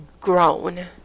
grown